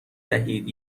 دهید